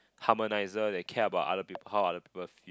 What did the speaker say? harmonizer that care about other peo~ how other people feel